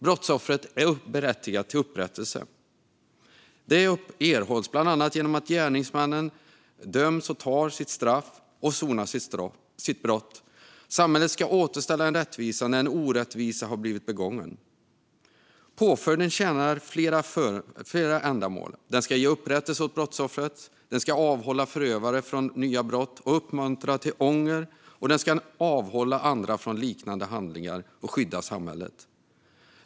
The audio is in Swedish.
Brottsoffret är berättigat till upprättelse. Den erhålls bland annat genom att gärningsmannen döms, tar sitt straff och sonar sitt brott. Samhället ska återställa en rättvisa när en orättvisa har blivit begången. Påföljden tjänar flera ändamål: Den ska ge upprättelse åt brottsoffret, avhålla förövarna från nya brott, uppmuntra till ånger, avhålla andra från liknande handlingar och skydda samhället.